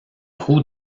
roue